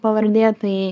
pavardė tai